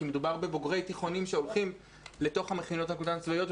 כי מדובר בבוגרי תיכונים שהולכים לתוך המכינות הקדם צבאיות,